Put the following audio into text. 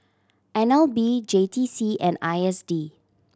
N L B J T C and I S D